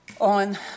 On